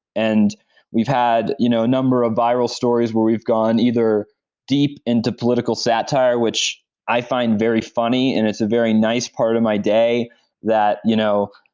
and we've had a you know number of viral stories where we've gone either deep into political satire, which i find very funny and it's a very nice part of my day that you know